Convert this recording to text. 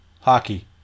Hockey